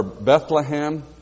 Bethlehem